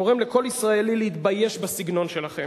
זה גורם לכל ישראלי להתבייש בסגנון שלכם.